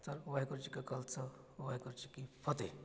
ਚਲ ਵਾਹਿਗੁਰੂ ਜੀ ਕਾ ਖਾਲਸਾ ਵਾਹਿਗੁਰੂ ਜੀ ਕੀ ਫਤਿਹ